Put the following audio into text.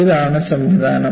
ഇതാണ് സംവിധാനം